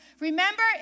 Remember